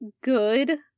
good